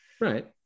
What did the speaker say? Right